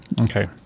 Okay